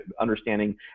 understanding